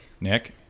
Nick